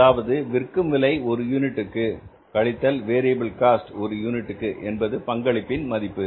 அதாவது விற்கும் விலை ஒரு யூனிட்டிற்கு கழித்தல் வேரியபில் காஸ்ட் ஒரு யூனிட்டுக்கு என்பது பங்களிப்பின் மதிப்பு